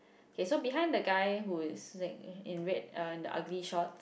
K so behind the guy who is like in red uh in the ugly short